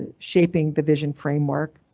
and shaping the vision framework.